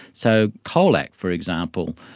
so colac, for example,